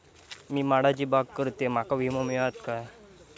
मी माडाची बाग करतंय माका विमो मिळात काय?